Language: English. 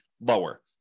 lower